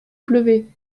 pleuvait